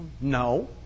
No